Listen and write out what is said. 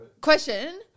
Question